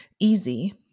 easy